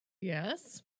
yes